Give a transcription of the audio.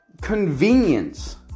convenience